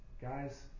Guys